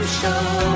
show